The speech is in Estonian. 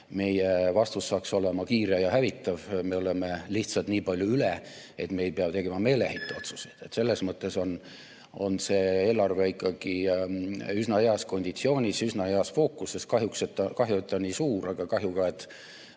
meie vastus saaks olema kiire ja hävitav. Me oleme lihtsalt nii palju üle, et me ei pea tegema meeleheiteotsuseid. Selles mõttes on see eelarve ikkagi üsna heas konditsioonis, üsna hea fookusega. Kahju, et ta nii suur on, aga kahju on